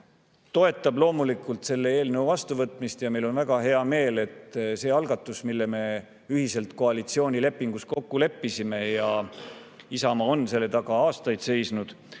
toetab loomulikult selle eelnõu vastuvõtmist. Meil on väga hea meel, et see algatus, mille me ühiselt koalitsioonilepingus kokku leppisime – ja Isamaa on selle taga aastaid seisnud